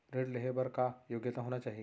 ऋण लेहे बर का योग्यता होना चाही?